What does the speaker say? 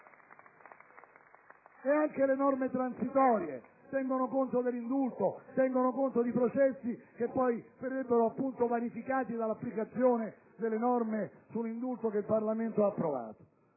Inoltre, le norme transitorie tengono conto dell'indulto e quindi dei processi che potrebbero essere vanificati dall'applicazione delle norme sull'indulto che il Parlamento ha approvato.